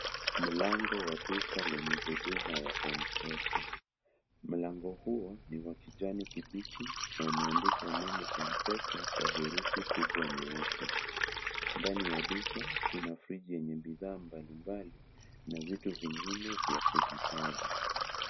Mlango wa duka lenye huduma ya M-Pesa. Mlango huo ni wa kijani kibichi na umeandikwa neno M-Pesa kwa herufi kubwa nyeupe. Ndani ya duka kuna friji yenye bidhaa mbalimbali na vitu vingine vya kuhifadhi.